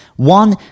One